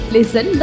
Listen